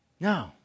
No